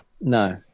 No